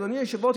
אדוני היושב-ראש,